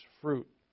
fruit